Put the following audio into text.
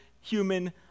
human